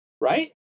right